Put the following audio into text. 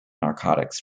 narcotics